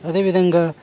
అదే విధంగా